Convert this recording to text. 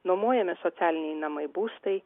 nuomojami socialiniai namai būstai